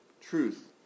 truth